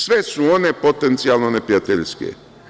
Sve su one potencijalno neprijateljske.